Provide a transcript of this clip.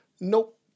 Nope